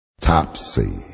Topsy